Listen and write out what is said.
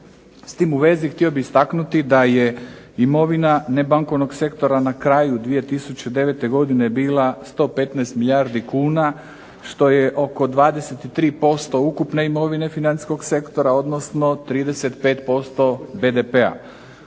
S tim u vezi htio bih istaknuti da je imovina nebankovnog sektora na kraju 2009. godine bila 115 milijardi kuna što je oko 23% ukupne imovine financijskog sektora odnosno 35% BDP-a.